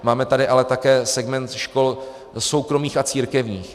Máme tady ale také segment škol soukromých a církevních.